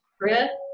red